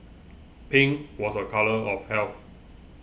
pink was a colour of health